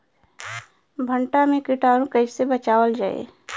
भनटा मे कीटाणु से कईसे बचावल जाई?